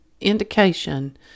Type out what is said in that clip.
indication